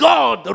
God